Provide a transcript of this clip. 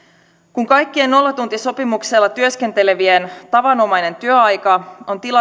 kun kaikkien nollatuntisopimuksella työskentelevien tavanomainen työaika on